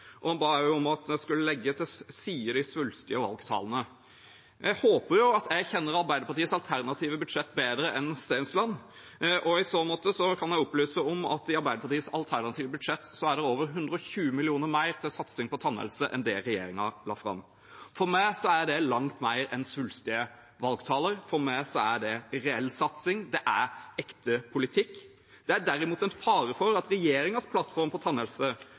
og han ba også om at en skulle legge til side de svulstige valgtalene. Jeg håper jo at jeg kjenner Arbeiderpartiets alternative budsjett bedre enn Stensland, og i så måte kan jeg opplyse om at i Arbeiderpartiets alternative budsjett er det over 120 mill. kr mer til satsing på tannhelse enn det regjeringen la fram. For meg er det langt mer enn svulstige valgtaler, for meg er det reell satsing, det er ekte politikk. Det er derimot en fare for at regjeringens plattform